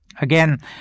Again